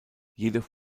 jedoch